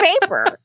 paper